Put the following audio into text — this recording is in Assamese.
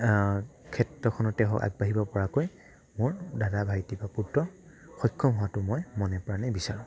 ক্ষেত্ৰখনতে হওক আগবাঢ়িব পৰাকৈ মোৰ দাদা ভাইটি বা পুত্ৰ সক্ষম হোৱাতো মই মনে প্ৰাণে বিচাৰোঁ